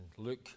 Luke